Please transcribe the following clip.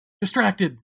Distracted